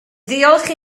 ddiolch